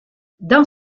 dans